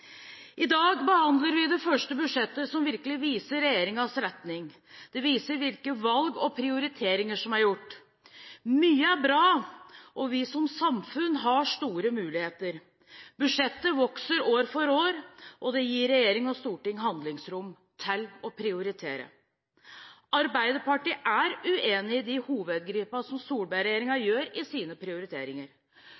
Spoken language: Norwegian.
I dag behandler vi det første budsjettet som virkelig viser regjeringens retning, det viser hvilke valg og prioriteringer som er gjort. Mye er bra, og vi som samfunn har store muligheter. Budsjettet vokser år for år, og det gir regjering og storting handlingsrom til å prioritere. Arbeiderpartiet er uenig i de hovedgrepene som